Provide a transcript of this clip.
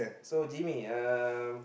so Jimmy uh